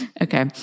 okay